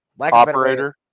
operator